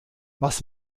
was